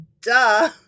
duh